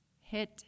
hit